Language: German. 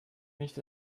nicht